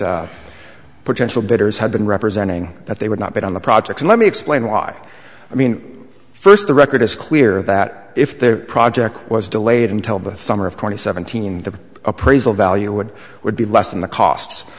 potential bidders had been representing that they would not bet on the project and let me explain why i mean first the record is clear that if the project was delayed until the summer of twenty seventeen the appraisal value would would be less than the cost